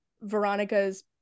Veronica's